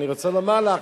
אני רוצה לומר לך,